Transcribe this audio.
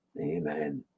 Amen